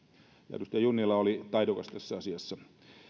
edustaja junnila oli taidokas tässä asiassa